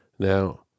Now